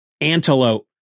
antelope